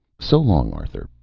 so long, arthur,